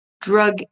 drug